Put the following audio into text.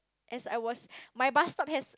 as I was my bus stop has